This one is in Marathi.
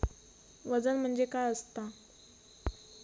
वजन म्हणजे काय असता?